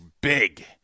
big